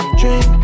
drink